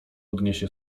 odniesie